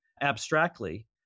abstractly